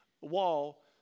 wall